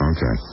Okay